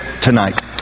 tonight